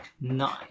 Nine